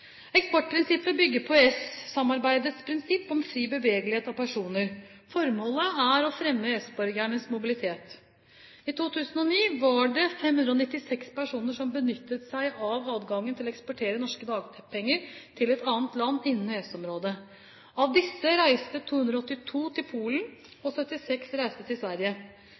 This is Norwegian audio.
Eksportprinsippet bygger på EØS-samarbeidets prinsipp om fri bevegelighet av personer. Formålet er å fremme EØS-borgernes mobilitet. I 2009 var det 596 personer som benyttet seg av adgangen til å eksportere norske dagpenger til et annet land innen EØS-området. Av disse reiste 282 til Polen, og 76 reiste til Sverige.